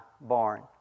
barn